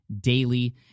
daily